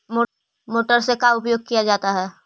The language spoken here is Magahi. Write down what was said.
मोटर से का उपयोग क्या जाता है?